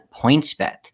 PointsBet